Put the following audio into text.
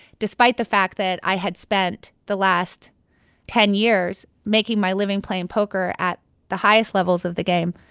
despite the fact that i had spent the last ten years making my living playing poker at the highest levels of the game,